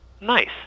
Nice